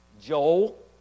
Joel